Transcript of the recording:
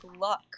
luck